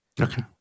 Okay